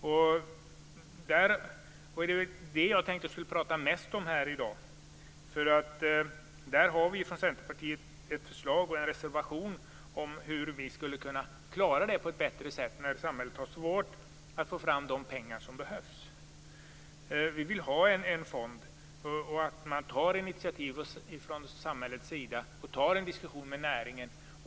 Det är detta som jag skall prata mest om här i dag. Vi från Centerpartiet har ett förslag och en reservation om hur man skall kunna klara detta på ett bättre sätt när samhället har svårt att få fram de pengar som behövs. Vi vill att det skall inrättas en fond och att samhället tar initiativ till en diskussion med näringen.